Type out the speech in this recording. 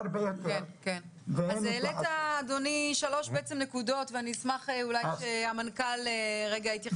העלית שלוש נקודות ואני אשמח שהמנכ"ל יתייחס